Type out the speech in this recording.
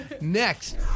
Next